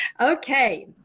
Okay